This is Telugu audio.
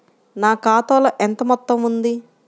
నా ఖాతాలో ఎంత మొత్తం ఉంది?